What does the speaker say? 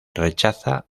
rechaza